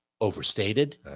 overstated